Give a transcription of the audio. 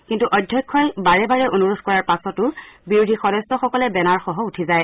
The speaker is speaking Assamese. কিন্তু অধ্যক্ষই বাৰে বাৰে অনুৰোধ কৰাৰ পাছতো বিৰোধী সদস্যসকলে বেনাৰসহ উঠি যায়